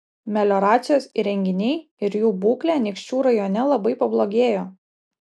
melioracijos įrenginiai ir jų būklė anykščių rajone labai pablogėjo